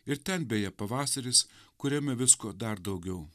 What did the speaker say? ir ten beje pavasaris kuriame visko dar daugiau